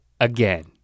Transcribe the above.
again